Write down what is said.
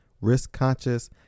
risk-conscious